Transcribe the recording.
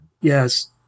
Yes